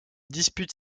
dispute